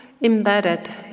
embedded